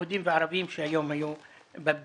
יהודים וערבים שהיום היו בפגישה,